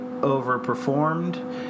overperformed